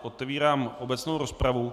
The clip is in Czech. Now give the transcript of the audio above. Otevírám obecnou rozpravu.